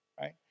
right